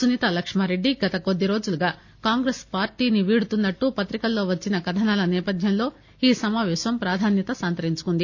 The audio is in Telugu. సునీతా లక్ష్మారెడ్డి గత కొద్దిరోజులుగా కాంగ్రెస్ పార్టీ వీడుతున్నట్లు పత్రికల్లో వచ్చిన కథనాల నేపథ్యంలో ఈ సమాపేశం ప్రాధాన్యత సంతరించుకుంది